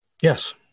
yes